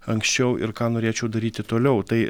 anksčiau ir ką norėčiau daryti toliau tai